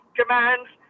commands